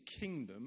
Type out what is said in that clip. kingdom